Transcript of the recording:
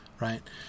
Right